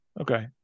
Okay